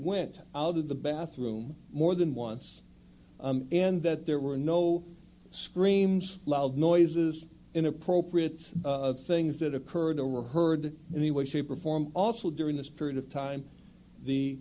went out of the bathroom more than once and that there were no screams loud noises inappropriate things that occurred or were heard any way shape or form also during this period of time the